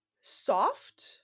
Soft